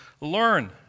learn